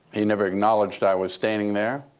he never acknowledged i was standing there.